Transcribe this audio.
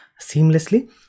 seamlessly